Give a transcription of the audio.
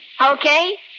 Okay